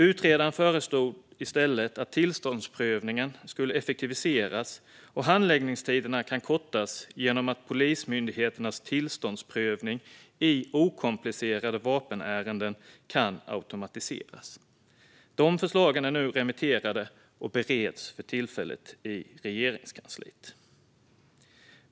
Utredaren föreslog i stället att tillståndsprövningen skulle effektiviseras och handläggningstiderna kortas genom att Polismyndighetens tillståndsprövning i okomplicerade vapenärenden skulle automatiseras. De förslagen är nu remitterade och bereds för tillfället i Regeringskansliet.